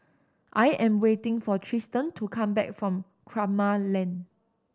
I am waiting for Tristen to come back from Kramat Lane